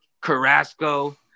Carrasco